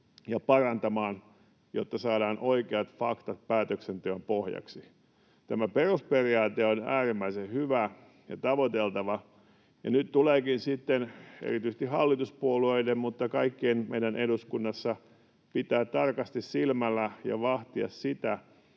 ja parantamaan, jotta saadaan oikeat faktat päätöksenteon pohjaksi. Tämä perusperiaate on äärimmäisen hyvä ja tavoiteltava. Nyt tuleekin sitten erityisesti hallituspuolueiden mutta kaikkien meidän eduskunnassa pitää tarkasti silmällä ja vahtia sitä,